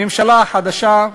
הממשלה החדשה,